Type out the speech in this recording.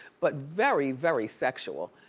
but very, very sexual.